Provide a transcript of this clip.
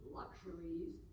luxuries